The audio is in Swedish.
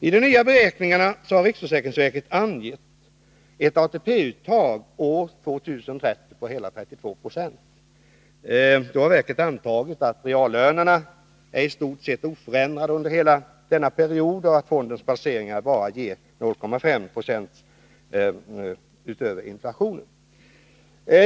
I de nya beräkningarna har riksförsäkringsverket angett ett ATP-uttag år 2030 på hela 32 96. Då har verket antagit att reallönerna är i stort sett oförändrade under hela denna period och att fondens placeringar bara ger 0,5 20 utöver inflationen.